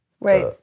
Right